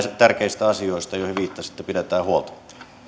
tärkeistä asioista joihin viittasitte pidetään huolta